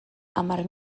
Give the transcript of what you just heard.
hamar